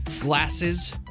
glasses